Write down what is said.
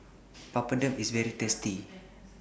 Papadum IS very tasty